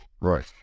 Right